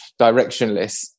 directionless